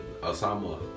Osama